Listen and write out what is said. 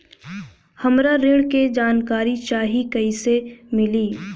हमरा ऋण के जानकारी चाही कइसे मिली?